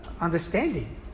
Understanding